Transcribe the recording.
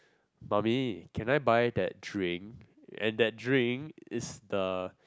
mummy can I buy that drink and that drink is the